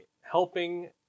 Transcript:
helping